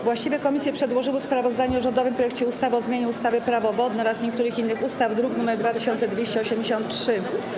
Właściwe komisje przedłożyły sprawozdanie o rządowym projekcie ustawy o zmianie ustawy - Prawo wodne oraz niektórych innych ustaw, druk nr 2283.